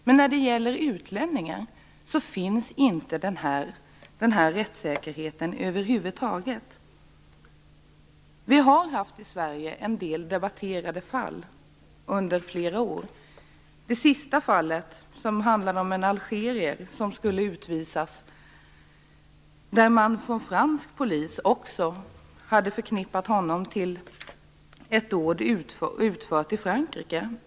Men när det gäller utlänningar finns inte denna rättssäkerhet över huvud taget. Vi har i Sverige under flera år haft en del debatterade fall. Det senaste fallet handlade om en algerier som skulle utvisas. Fransk polis hade förknippat honom med ett dåd utfört i Frankrike.